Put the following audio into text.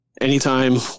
Anytime